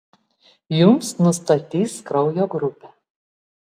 jums nustatys kraujo grupę